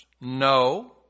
No